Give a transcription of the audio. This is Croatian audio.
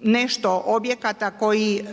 nešto objekata koji